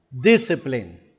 discipline